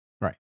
Right